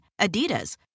Adidas